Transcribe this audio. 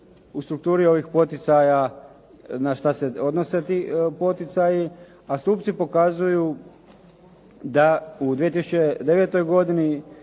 u strukturi ovih poticaja na što se odnose ti poticaji, a stupci pokazuju da u 2009. godini